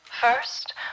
First